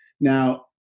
Now